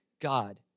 God